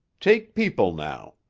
take people now.